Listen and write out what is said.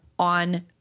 On